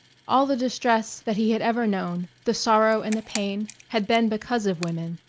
all the distress that he had ever known, the sorrow and the pain, had been because of women.